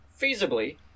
feasibly